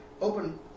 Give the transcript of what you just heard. Open